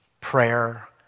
prayer